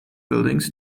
buildings